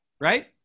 right